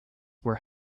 were